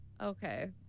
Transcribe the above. Okay